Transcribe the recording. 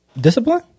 discipline